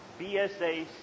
BSA